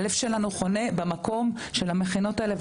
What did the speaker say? הלב שלנו חונה במקום של המכינות האלה.